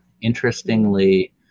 Interestingly-